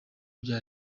bya